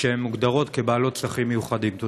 שמוגדרות כבעלות צרכים מיוחדים.